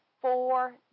four